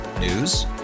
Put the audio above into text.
News